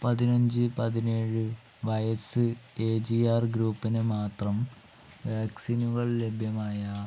പതിനഞ്ച് പതിനേഴ് വയസ്സ് എ ജി ആർ ഗ്രൂപ്പിന് മാത്രം വാക്സിനുകൾ ലഭ്യമായ